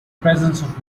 presence